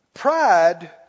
Pride